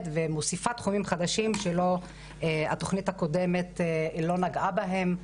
ומוסיפה תחומים חדשים שהתוכנית הקודמת לא נגעה בהם,